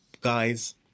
guys